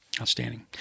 Outstanding